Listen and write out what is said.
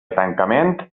tancament